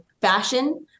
fashion